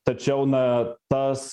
tačiau na tas